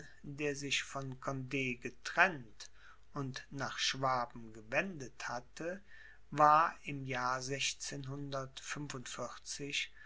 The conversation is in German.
der sich von cond getrennt und nach schwaben gewendet hatte war im jahr